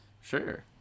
Sure